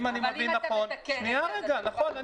נכון,